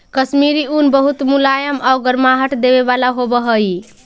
कश्मीरी ऊन बहुत मुलायम आउ गर्माहट देवे वाला होवऽ हइ